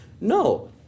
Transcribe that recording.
no